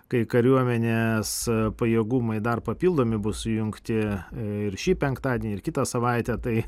kai kariuomenės pajėgumai dar papildomi bus sujungti ir šį penktadienį ir kitą savaitę tai